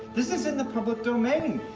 this is in the public domain,